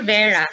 Vera